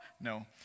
no